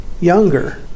younger